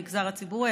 בין המגזר הציבורי,